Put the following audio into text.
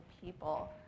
people